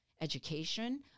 education